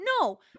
No